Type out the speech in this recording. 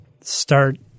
start